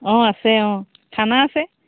অঁ আছে অঁ খানা আছে